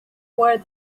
were